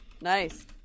Nice